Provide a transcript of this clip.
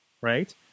right